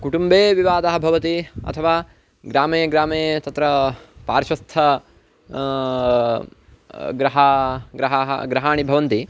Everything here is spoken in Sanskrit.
कुटुम्बे विवादः भवति अथवा ग्रामे ग्रामे तत्र पार्श्वस्थ गृहं गृहं गृहाणि भवन्ति